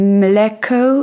mleko